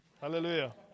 Hallelujah